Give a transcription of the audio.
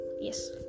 yes